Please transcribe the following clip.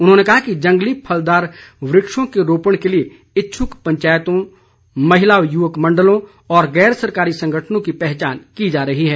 उन्होंने कहा कि जंगली फलदार वृक्षों के रोपण के लिए इच्छुक पंचायतों महिला व युवक मंडलों और गैर सरकारी संगठनों की पहचान की जा रही है